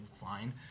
fine